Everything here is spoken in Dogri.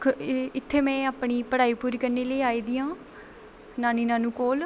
ते इत्थै में अपनी पढ़ाई पूरी करने लेई आई दी आं नानी नानू कोल